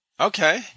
Okay